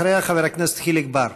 אחריה, חבר הכנסת חיליק בר.